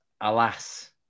alas